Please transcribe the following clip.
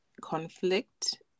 conflict